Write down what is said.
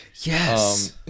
yes